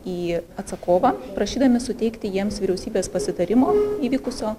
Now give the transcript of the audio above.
į atsakovą prašydami suteikti jiems vyriausybės pasitarimo įvykusio